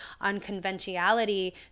unconventionality